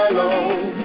Alone